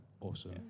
Awesome